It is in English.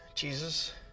Jesus